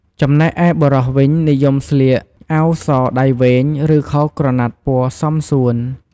ចំណែកឯបុរសវិញ និយមស្លៀកអាវសដៃវែង ឬខោក្រណាត់ពណ៌សមសួន។